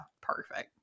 perfect